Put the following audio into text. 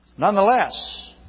Nonetheless